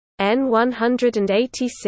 N186